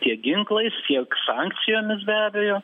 tiek ginklais tiek sankcijomis be abejo